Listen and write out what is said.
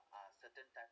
uh certain type